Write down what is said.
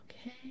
Okay